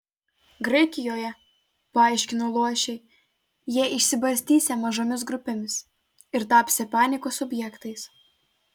graikijoje paaiškino luošiai jie išsibarstysią mažomis grupėmis ir tapsią paniekos objektais